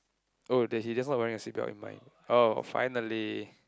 oh there he's just not wearing a seatbelt in mine orh finally